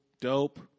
dope